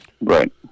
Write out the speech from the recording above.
Right